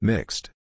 Mixed